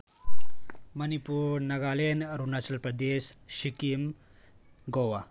Manipur Nagaland Arunachal Pradesh Sikkim Goa